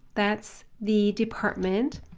that's the department,